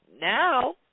now